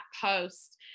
post